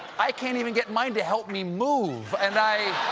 i can't even get mine to help me move. and i